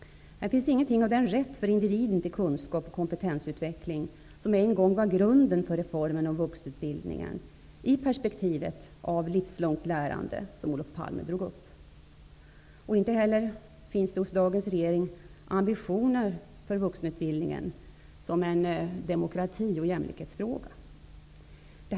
Här finns ingenting av den rätt till kunskap och kompetensutveckling för individen som en gång var grunden för reformen om vuxenutbildningen i perspektivet av livslångt lärande som Olof Palme drog upp. Inte heller finns det hos dagens regering ambitioner att se vuxenutbildningen som en demokrati och jämlikhetsfråga.